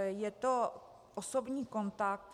Je to osobní kontakt.